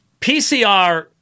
PCR